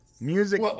Music